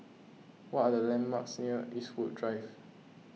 what are the landmarks near Eastwood Drive